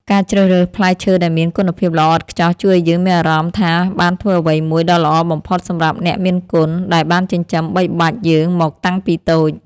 ការជ្រើសរើសផ្លែឈើដែលមានគុណភាពល្អឥតខ្ចោះជួយឱ្យយើងមានអារម្មណ៍ថាបានធ្វើអ្វីមួយដ៏ល្អបំផុតសម្រាប់អ្នកមានគុណដែលបានចិញ្ចឹមបីបាច់យើងមកតាំងពីតូច។